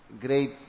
great